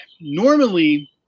normally